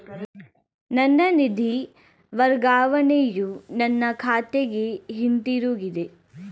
ನನ್ನ ನಿಧಿ ವರ್ಗಾವಣೆಯು ನನ್ನ ಖಾತೆಗೆ ಹಿಂತಿರುಗಿದೆ